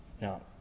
Now